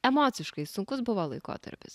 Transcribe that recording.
emociškai sunkus buvo laikotarpis